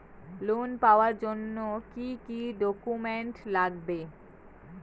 Loan পাওয়ার জন্যে কি কি ডকুমেন্ট লাগবে?